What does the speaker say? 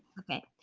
ok.